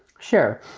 sure.